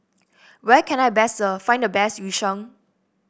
where can I best find the best Yu Sheng